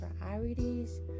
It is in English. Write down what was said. priorities